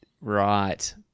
Right